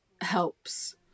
helps